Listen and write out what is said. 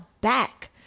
back